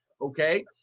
Okay